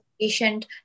patient